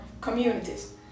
communities